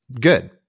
good